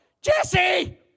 Jesse